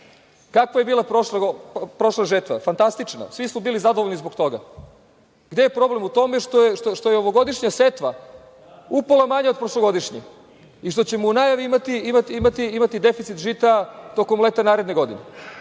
Kakva je bila prošla žetva? Fantastična, svi su bili zadovoljni zbog toga. Gde je problem? U tome što je ovogodišnja setva upola manja od prošlogodišnje i što ćemo u najavi imati deficit žita tokom leta narede godine. Ako